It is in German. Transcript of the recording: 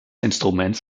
instruments